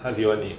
他喜欢你